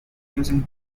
using